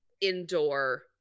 indoor